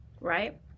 Right